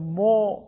more